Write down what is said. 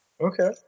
Okay